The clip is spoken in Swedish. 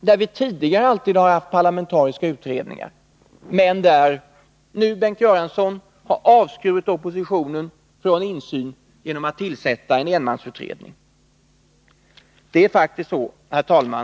Där har vi tidigare alltid haft parlamentariska utredning — Nr 115 ar men där har Bengt Göransson nu avskurit oppositionen från insyn genom Måndagen den att tillsätta en enmansutredning. 11 april 1983 Herr talman!